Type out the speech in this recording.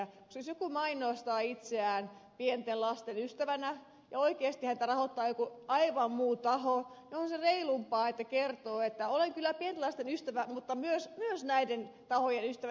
jos joku mainostaa itseään pienten lasten ystävänä ja oikeasti häntä rahoittaa joku aivan muu taho niin onhan se reilumpaa että kertoo että olen kyllä pienten lasten ystävä mutta myös näiden tahojen ystävä jotka minua rahoittavat